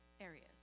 areas